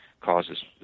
causes